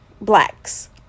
blacks